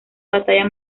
batalla